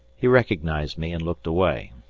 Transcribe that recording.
he recognized me and looked away.